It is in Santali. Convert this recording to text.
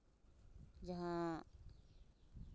ᱡᱟᱦᱟᱸ